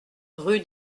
rue